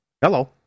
hello